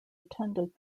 attended